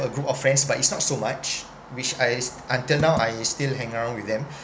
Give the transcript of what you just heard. a group of friends but it's not so much which I until now I still hang around with them